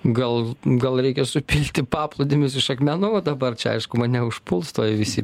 gal gal reikia supilti paplūdimius iš akmenų dabar čia aišku mane užpuls tuoj visi